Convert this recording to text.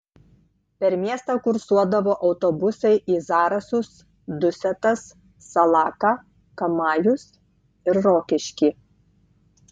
per miestą kursuodavo autobusai į zarasus dusetas salaką kamajus ir rokiškį